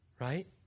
right